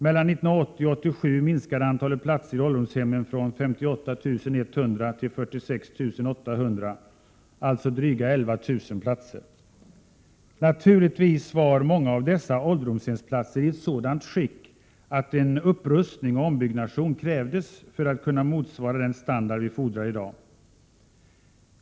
Mellan 1980 och 1987 minskade antalet platser i ålderdomshemmen från 58 100 till 46 800 — alltså med drygt 11 000 platser. Naturligtvis var många av dessa ålderdomshemsplatser i ett sådant skick att en upprustning och ombyggnation krävdes för att de skulle kunna motsvara . den standard vi fordrar i dag.